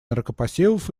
наркопосевов